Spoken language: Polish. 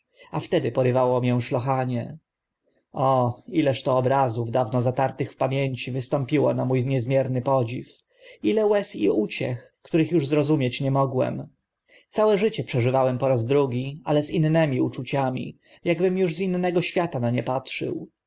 a wtedy porywało mię szlochanie o ileż to obrazów dawno zatartych w pamięci wystąpiło na mó niezmierny podziw ile łez i uciech których uż zrozumieć nie mogłem całe życie przeżywałem po raz drugi ale z innymi uczuciami akbym uż z innego świata na nie patrzył